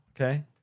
Okay